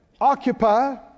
occupy